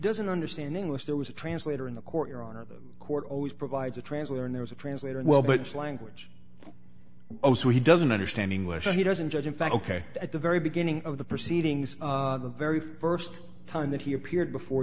doesn't understand english there was a translator in the court your honor the court always provides a translator and there was a translator well but its language oh so he doesn't understand english he doesn't judge in fact ok at the very beginning of the proceedings the very st time that he appeared before